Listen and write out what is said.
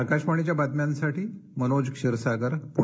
आकाशवाणी बातम्यांसाठी मनोज क्षीरसागर पुणे